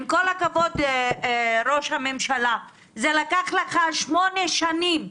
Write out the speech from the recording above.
עם כל הכבוד, ראש הממשלה, זה לקח לך שמונה שנים,